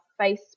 Facebook